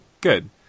good